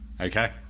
Okay